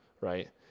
right